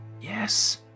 Yes